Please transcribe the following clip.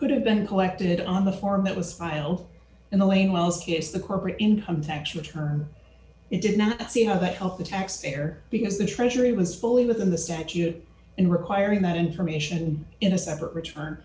could have been collected on the form it was filed in the lane wells case the corporate income tax return it did not see how that helps the taxpayer because the treasury was fully within the statute and requiring that information in a separate return